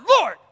Lord